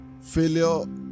failure